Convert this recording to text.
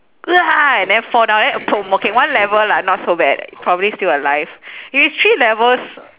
and then fall down then okay one level lah not so bad probably still alive if it's three levels